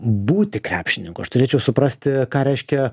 būti krepšininku aš turėčiau suprasti ką reiškia